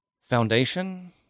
Foundation